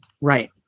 Right